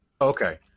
Okay